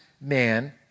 man